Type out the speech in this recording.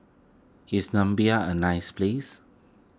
is Namibia a nice place